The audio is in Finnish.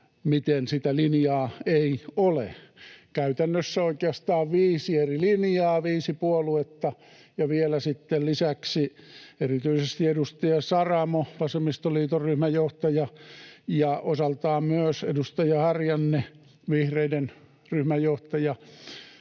miten sitä linjaa ei ole. Käytännössä oikeastaan viisi eri linjaa, viisi puoluetta, ja vielä sitten lisäksi erityisesti edustaja Saramo, vasemmistoliiton ryhmänjohtaja, ja osaltaan myös edustaja Harjanne, vihreiden ryhmänjohtaja,